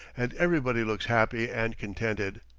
and everybody looks happy and contented.